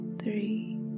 three